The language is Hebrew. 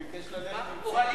הוא ביקש ללכת עם ציפי לבני לאוהל,